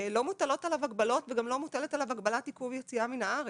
לא מוטלות עליו הגבלות וגם לא מוטלת עליו הגבלת עיכוב יציאה מן הארץ.